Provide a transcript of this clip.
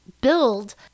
build